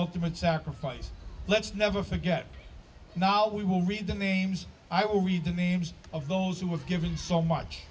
ultimate sacrifice let's never forget now we will read the names i will read the names of those who have given so much